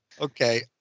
Okay